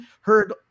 heard